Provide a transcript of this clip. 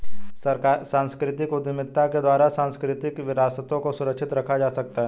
सांस्कृतिक उद्यमिता के द्वारा सांस्कृतिक विरासतों को सुरक्षित रखा जा सकता है